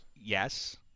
Yes